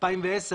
באלפיים ועשר,